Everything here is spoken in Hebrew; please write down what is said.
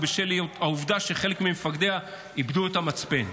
ובשל העובדה שחלק ממפקדיה איבדו את המצפן.